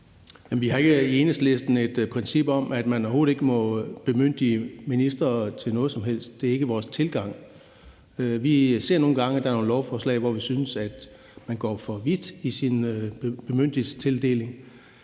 Vi har ikke i Enhedslisten et princip om, at man overhovedet ikke må bemyndige ministre til noget som helst. Det er ikke vores tilgang. Vi ser nogle gange, at der er nogle lovforslag, hvor vi synes man går for vidt i sin bemyndigelsestildeling,